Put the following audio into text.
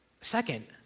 Second